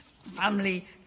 Family